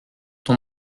ton